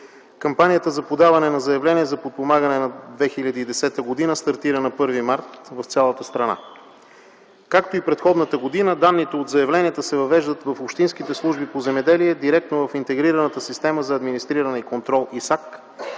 Кампанията за подаване на заявления за подпомагане на 2010 г. стартира на 1 март в цялата страна. Както и предходната година данните от заявленията се въвеждат в общинските служби по земеделие директно в Интегрираната система за администриране и контрол - ИСАК,